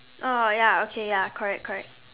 oh ya okay ya correct correct